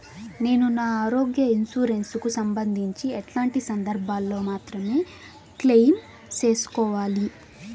నేను నా ఆరోగ్య ఇన్సూరెన్సు కు సంబంధించి ఎట్లాంటి సందర్భాల్లో మాత్రమే క్లెయిమ్ సేసుకోవాలి?